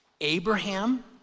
Abraham